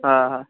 হ্যাঁ হ্যাঁ